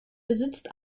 besitzt